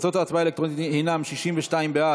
תוצאות ההצבעה האלקטרונית הן 62 בעד,